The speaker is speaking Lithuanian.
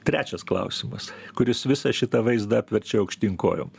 trečias klausimas kuris visą šitą vaizdą apverčia aukštyn kojom